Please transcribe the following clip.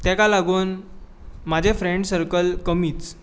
तेका लागून म्हाजें फ्रेंड सर्कल कमीच